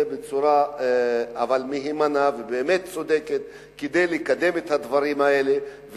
בצורה מהימנה ובאמת צודקת כדי לקדם את הדברים האלה,